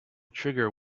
trigger